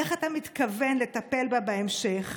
איך אתה מתכוון לטפל בה בהמשך?